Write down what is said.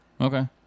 Okay